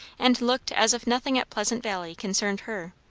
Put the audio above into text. and looked as if nothing at pleasant valley concerned her.